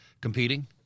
competing